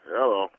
Hello